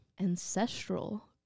ancestral